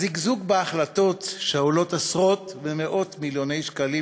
הזיגזוג בהחלטות שעולות עשרות ומאות מיליוני שקלים